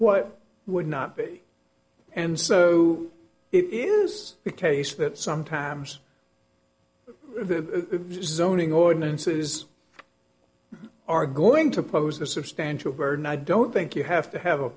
what would not be and so it is the case that sometimes the zoning ordinances are going to pose a substantial burden i don't think you have to have a